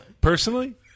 personally